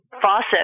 faucet